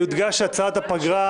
יודגש שהצעת הפגרה